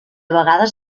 vegades